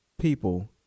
people